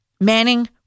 Manning